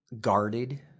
guarded